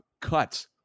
cuts